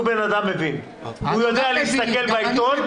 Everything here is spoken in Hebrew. הוא אדם מבין והוא יודע להסתכל בעיתון,